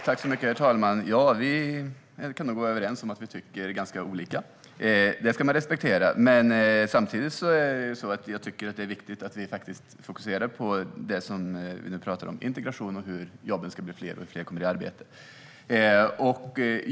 Herr talman! Vi kan nog vara överens om att vi tycker ganska olika, och det ska man respektera. Samtidigt tycker jag att det är viktigt att vi fokuserar på det vi faktiskt talar om, nämligen integration, hur jobben ska bli fler och hur fler ska komma i arbete.